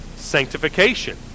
sanctification